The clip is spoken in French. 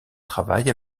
travail